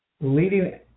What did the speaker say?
Leading